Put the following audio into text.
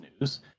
News